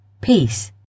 peace